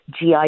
GI